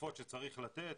התוספות שצריך לתת.